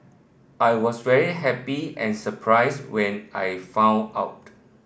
I was very happy and surprised when I found out